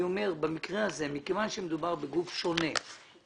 אני אומר שבמקרה הזה מכיוון שמדובר בגוף שונה,